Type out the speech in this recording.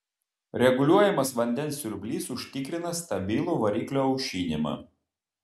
reguliuojamas vandens siurblys užtikrina stabilų variklio aušinimą